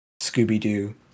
Scooby-Doo